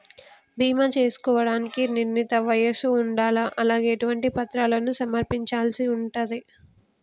బీమా చేసుకోవడానికి నిర్ణీత వయస్సు ఉండాలా? అలాగే ఎటువంటి పత్రాలను సమర్పించాల్సి ఉంటది?